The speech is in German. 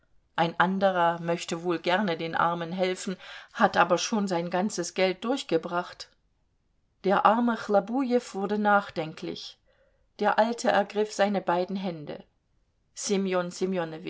ein anderer möchte wohl gerne den armen helfen hat aber schon sein ganzes geld durchgebracht der arme chlobujew wurde nachdenklich der alte ergriff seine beiden hände